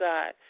God